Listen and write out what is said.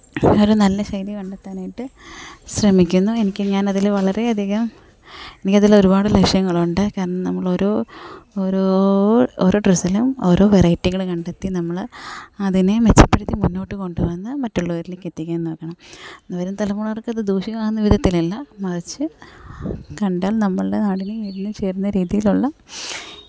ഒരു നല്ല ശൈലി കണ്ടെത്താനായിട്ട് ശ്രമിക്കുന്നു എനിക്ക് ഞാൻ അതിൽ വളരേയധികം എനിക്ക് അതിൽ ഒരുപാട് ലക്ഷ്യങ്ങളുണ്ട് കാരണം നമ്മൾ ഓരോ ഒരോ ഓരോ ഡ്രസ്സിലും ഓരോ വെറൈറ്റികൾ കണ്ടെത്തി നമ്മൾ അതിനെ മെച്ചപ്പെടുത്തി മുന്നോട്ട് കൊണ്ടുവന്ന് മറ്റുള്ളവരിലേക്ക് എത്തിക്കാന് നോക്കണം വരും തലമുറകള്ക്ക് അത് ദൂഷികമാവുന്ന വിധത്തിലല്ല മറിച്ച് കണ്ടാല് നമ്മളുടെ നാടിനും വീടിനും ചേരുന്ന രീതിയിലുള്ള